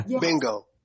Bingo